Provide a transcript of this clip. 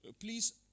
please